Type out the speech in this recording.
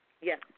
Yes